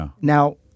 Now